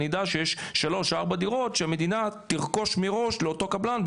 אני אדע שיש שלוש-ארבע דירות שהמדינה תרכוש מראש לאותו קבלן,